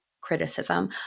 criticism